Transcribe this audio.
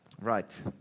Right